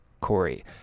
Corey